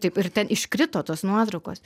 taip ir ten iškrito tos nuotraukos